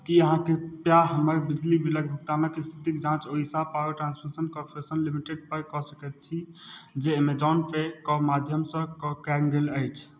की अहाँ कृपया हमर बिजली बिलक भुगतानक स्थितिक जाँच Odisha power transmission corporation limited पर कऽ सकैत छी जे एमेजौन पे के माध्यम सऽ कयल गेल अछि